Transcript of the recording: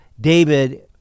David